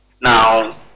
Now